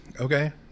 Okay